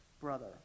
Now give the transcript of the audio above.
brother